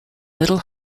little